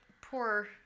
poor